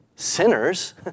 Sinners